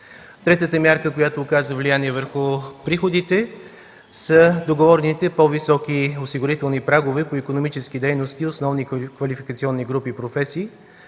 Третата мярка, която оказа влияние върху приходите, са договорените по-високи осигурителни прагове по икономически дейности, основни квалификационни групи и професии,